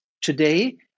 today